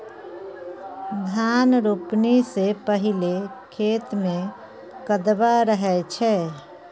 धान रोपणी सँ पहिने खेत मे कदबा रहै छै